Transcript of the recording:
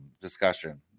discussion